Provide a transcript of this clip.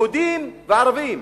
יהודים וערבים,